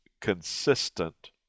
consistent